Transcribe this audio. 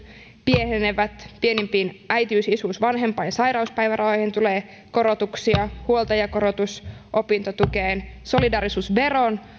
pienenevät pienimpiin äitiys isyys vanhempain sairauspäivärahoihin tulee korotuksia huoltajakorotus opintotukeen solidaarisuusveron